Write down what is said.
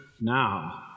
now